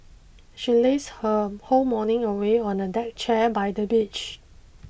she lazed her whole morning away on a deck chair by the beach